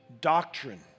doctrine